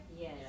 Yes